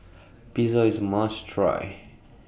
Pizza IS must Try